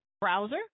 browser